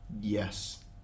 yes